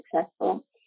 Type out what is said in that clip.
successful